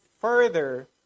further